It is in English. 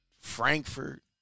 Frankfurt